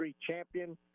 champion